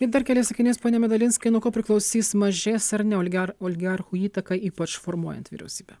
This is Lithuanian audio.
ir dar keliais sakiniais pone medalinskai nuo ko priklausys mažės ar ne oligar oligarchų įtaka ypač formuojant vyriausybę